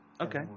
Okay